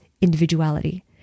individuality